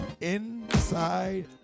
Inside